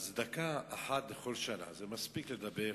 אז דקה אחת לכל שנה, זה מספיק לדבר